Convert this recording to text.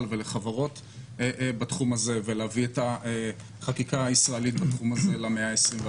ולחברות בתחום הזה ולהביא את החקיקה הישראלית בתחום הזה למאה ה-21.